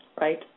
Right